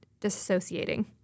disassociating